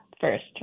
first